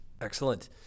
Excellent